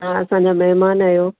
तव्हां असांजा महिमान आहियो